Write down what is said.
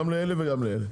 גם לאלה וגם לאלה.